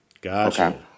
Gotcha